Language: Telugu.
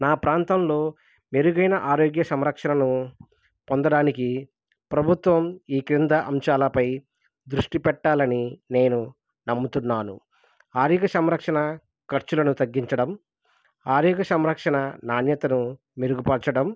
నా ప్రాంతంలో మెరుగైన ఆరోగ్య సంరక్షణను పొందడానికి ప్రభుత్వం ఈ క్రింది అంశాలపై దృష్టి పెట్టాలని నేను నమ్ముతున్నాను ఆరోగ్య సంరక్షణ ఖర్చులను తగ్గించడం ఆరోగ్య సంరక్షణ నాణ్యతను మెరుగుపరచడం